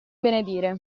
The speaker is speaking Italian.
benedire